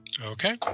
Okay